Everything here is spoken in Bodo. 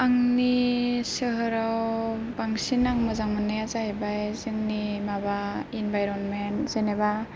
आंनि सोहोराव बांसिन आं मोजां मोननाया जाहैबाय जोंनि माबा इनभाइरमेन्त जेनेबा